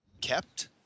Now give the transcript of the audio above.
Kept